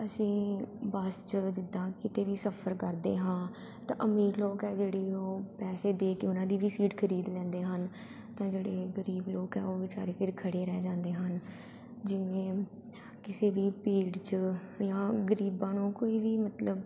ਅਸੀਂ ਬਸ 'ਚ ਜਿੱਦਾਂ ਕਿਤੇ ਵੀ ਸਫ਼ਰ ਕਰਦੇ ਹਾਂ ਤਾਂ ਅਮੀਰ ਲੋਕ ਆ ਜਿਹੜੇ ਉਹ ਪੈਸੇ ਦੇ ਕੇ ਉਹਨਾਂ ਦੀ ਵੀ ਸੀਟ ਖਰੀਦ ਲੈਂਦੇ ਹਨ ਤਾਂ ਜਿਹੜੇ ਗਰੀਬ ਲੋਕ ਹੈ ਉਹ ਵਿਚਾਰੇ ਫਿਰ ਖੜੇ ਰਹਿ ਜਾਂਦੇ ਹਨ ਜਿਵੇਂ ਕਿਸੇ ਵੀ ਭੀੜ 'ਚ ਜਾਂ ਗ਼ਰੀਬਾਂ ਨੂੰ ਕੋਈ ਵੀ ਮਤਲਬ